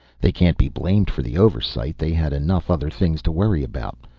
they can't be blamed for the oversight, they had enough other things to worry about.